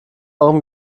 eurem